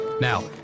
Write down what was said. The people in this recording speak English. Now